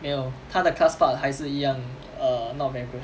没有她的 class part 还是一样 err not very good